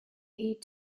heed